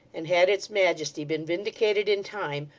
and had its majesty been vindicated in time,